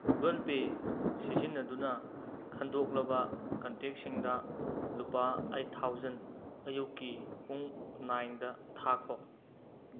Google Pay ꯁꯤꯖꯤꯟꯅꯗꯨꯅ ꯈꯟꯗꯣꯛꯂꯕ ꯀꯟꯇꯦꯛꯁꯤꯡꯗ ꯂꯨꯄꯥ ꯑꯩꯠ ꯊꯥꯎꯖꯟ ꯑꯌꯨꯛꯀꯤ ꯄꯨꯡ ꯅꯥꯏꯟꯗ ꯊꯥꯈꯣ